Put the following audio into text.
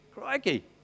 Crikey